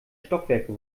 stockwerke